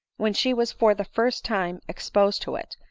when she was for the first time exposed to it,